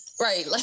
Right